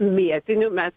mėtinių mes